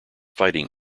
fighting